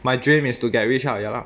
my dream is to get rich lah ya lah